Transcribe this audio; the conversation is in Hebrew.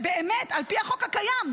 שבאמת, על פי החוק הקיים,